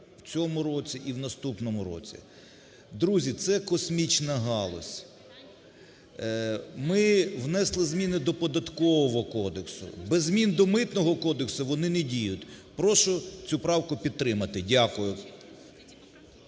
в цьому році і в наступному році. Друзі, це космічна галузь. Ми внесли зміни до Податкового кодексу, без змін до Митного кодексу вони не діють. Прошу цю правку підтримати. Дякую.